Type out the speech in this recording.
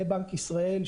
לבנק ישראל,